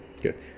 good